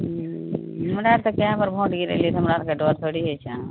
हमरा आर तऽ कए बर भोट गिरेलियै तऽ हमरा आरके डर थोड़ी होइ छै